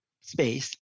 space